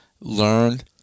learned